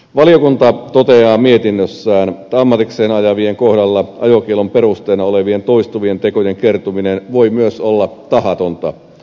valiokunta toteaa mietinnössään että ammatikseen ajavien kohdalla ajokiellon perusteena olevien toistuvien tekojen kertyminen voi myös olla tahatonta